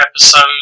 episode